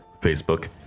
Facebook